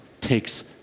takes